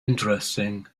interesting